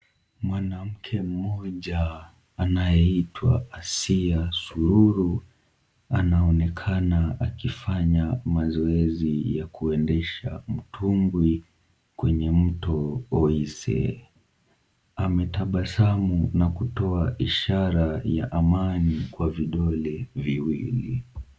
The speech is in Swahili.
Mwanamke mmoja anayeitwa Asiya Sururu anaonekana akifanya mazoezi ya kuendesha mtumbwi kwenye mto Oise. Ametabasamu na kutoa ishara ya amani kwa vidole viwili.